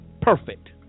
perfect